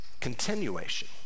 continuation